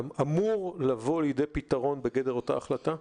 אמור לבוא לידי פתרון בגדר אותה החלטה?